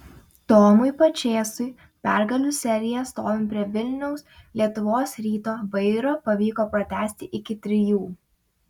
tomui pačėsui pergalių seriją stovint prie vilniaus lietuvos ryto vairo pavyko pratęsti iki trijų